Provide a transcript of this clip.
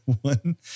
one